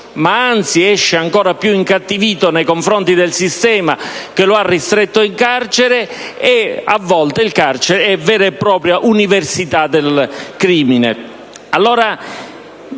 ma anzi esce ancora più incattivito nei confronti del sistema che lo ha ristretto in carcere. A volte il carcere diventa una vera e propria università del crimine.